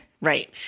right